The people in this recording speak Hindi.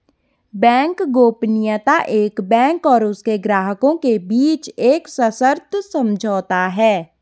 बैंक गोपनीयता एक बैंक और उसके ग्राहकों के बीच एक सशर्त समझौता है